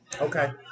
Okay